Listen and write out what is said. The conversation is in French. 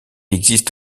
existe